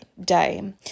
Day